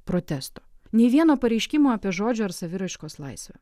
protesto nei vieno pareiškimo apie žodžio ar saviraiškos laisvę